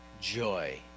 joy